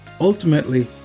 ultimately